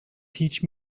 teach